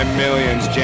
millions